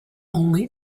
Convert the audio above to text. only